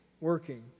working